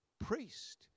priest